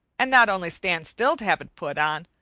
and not only stand still to have it put on,